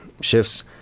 shifts